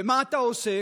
ומה אתה עושה?